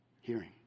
hearing